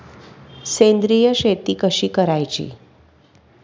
सेंद्रिय शेती कशी करायची?